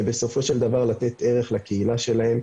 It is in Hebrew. ובסופו של דבר לתת ערך לקהילה שלהם,